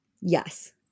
Yes